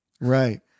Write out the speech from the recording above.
Right